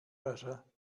better